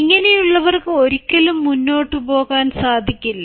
ഇങ്ങനെയുള്ളവർക്ക് ഒരിക്കലും മുന്നോട്ടുപോകാൻ സാധിക്കില്ല